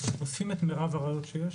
אוספים את מירב הראיות שיש,